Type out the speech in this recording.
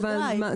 בוודאי.